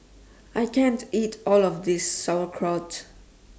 I can't eat All of This Sauerkraut